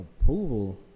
approval